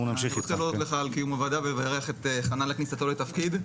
על קיום הוועדה ולברך את חנן על כניסתו לתפקיד.